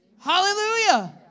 Hallelujah